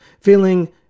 feeling